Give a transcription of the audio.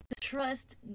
trust